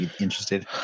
interested